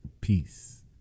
Peace